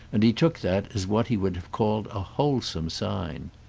and he took that as what he would have called a wholesome sign.